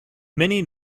many